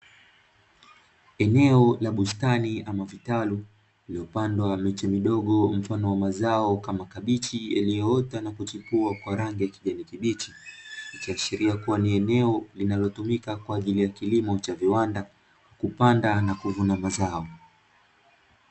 Eneo la bustani ama vitalu, lililopandwa miche midogo mfano wa mazao kama kabichi yaliyoota na kuchupia kwa rangi ya kijani kibichi. Ikiashiria kuwa ni eneo linalotumika kwa ajili ya kilimo cha viwanda, kupanda na kuvuna mazao.